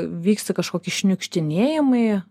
vyksta kažkokie šniukštinėjimai